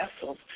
vessels